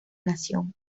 nación